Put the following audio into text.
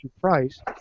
price